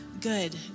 good